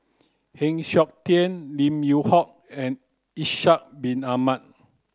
Heng Siok Tian Lim Yew Hock and Ishak bin Ahmad